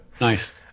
Nice